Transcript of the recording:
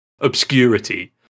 obscurity